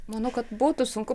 manau kad būtų sunku